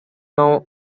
known